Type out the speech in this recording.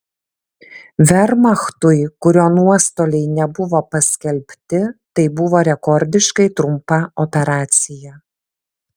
vermachtui kurio nuostoliai nebuvo paskelbti tai buvo rekordiškai trumpa operacija